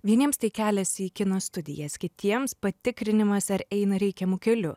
vieniems tai keliasi į kino studijas kitiems patikrinimas ar eina reikiamu keliu